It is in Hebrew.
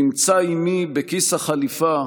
נמצא עימי בכיס החליפה,